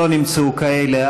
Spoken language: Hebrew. לא נמצאו כאלה.